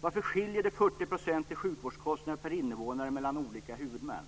Varför skiljer det 40 % i sjukvårdskostnader per invånare mellan olika huvudmän?